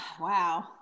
Wow